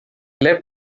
left